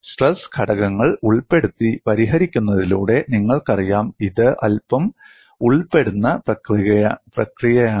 stress ഘടകങ്ങൾ ഉൾപ്പെടുത്തി പരിഹരിക്കുന്നതിലൂടെ നിങ്ങൾക്കറിയാം ഇത് അൽപ്പം ഉൾപ്പെടുന്ന പ്രക്രിയയാണ്